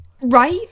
right